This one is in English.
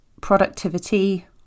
productivity